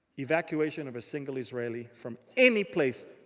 evacuation of a single israeli from any place,